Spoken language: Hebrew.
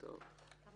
אנחנו